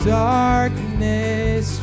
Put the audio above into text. darkness